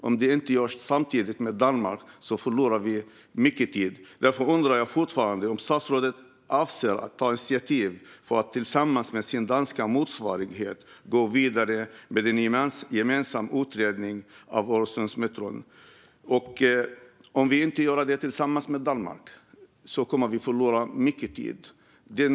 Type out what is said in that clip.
Om det inte görs samtidigt med Danmark förlorar man mycket tid. Jag undrar fortfarande om statsrådet avser att ta initiativ för att tillsammans med sin danska motsvarighet gå vidare med en gemensam utredning av Öresundsmetron. Om det inte görs tillsammans med Danmark går mycket tid förlorad.